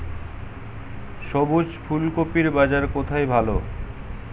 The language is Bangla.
সবুজ ফুলকপির বাজার কোথায় ভালো?